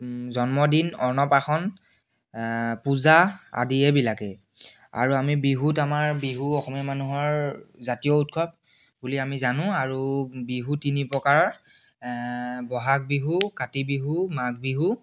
জন্মদিন অন্নপ্ৰাশন পূজা আদি এইবিলাকেই আৰু আমি বিহুত আমাৰ বিহু অসমীয়া মানুহৰ জাতীয় উৎসৱ বুলি আমি জানো আৰু বিহু তিনি প্ৰকাৰৰ বহাগ বিহু কাতি বিহু মাঘ বিহু